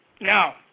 now